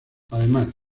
además